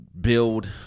build